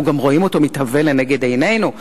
אנחנו גם רואים אותו מתהווה לנגד עינינו.